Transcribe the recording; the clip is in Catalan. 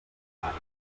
rosari